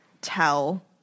tell